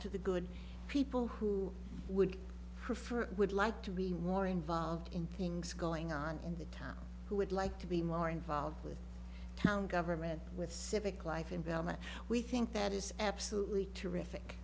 to the good people who would prefer would like to be more involved in things going on in the town who would like to be more involved with town government with civic life in burma we think that is absolutely terrific